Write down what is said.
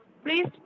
Please